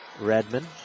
Redman